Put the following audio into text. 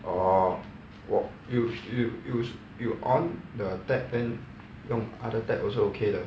orh 我 you you you you on the tab then 用 other tab also okay 的